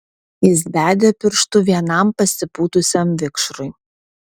jis bedė pirštu vienam pasipūtusiam vikšrui